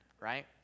right